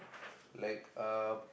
like uh